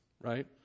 Right